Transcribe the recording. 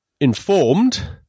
informed